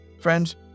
Friends